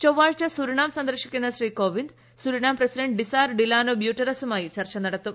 ചൊവ്വാഴ്ച സുരിനാം സന്ദർശിക്കുന്ന Shri Kovind Suriname president Desire Delano ബ്യൂട്ടെറെസുമായി ചർച്ച നടത്തും